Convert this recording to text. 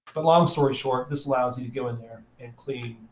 but long story short, this allows you to go in there and clean